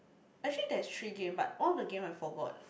actually there is three game but one of the game I forgot